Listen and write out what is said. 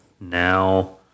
now